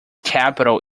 capital